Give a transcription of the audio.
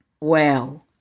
Well